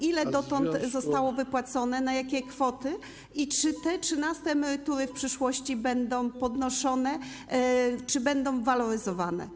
Ile dotąd zostało wypłacone, na jakie kwoty i czy te trzynaste emerytury w przyszłości będą podnoszone, czy będą waloryzowane?